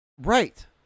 Right